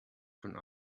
schon